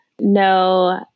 no